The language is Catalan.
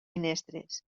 finestres